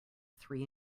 three